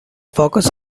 focus